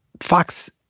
Fox